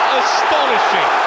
astonishing